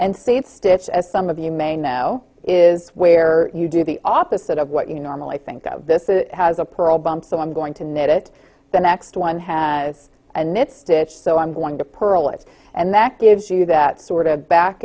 and save stitch as some of you may know is where you do the opposite of what you normally think of this it has a pearl bump so i'm going to need it the next one has and missed it so i'm going to pearl it and that gives you that sort of back